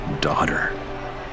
Daughter